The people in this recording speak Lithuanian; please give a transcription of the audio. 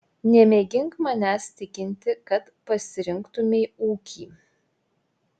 nemėgink manęs tikinti kad pasirinktumei ūkį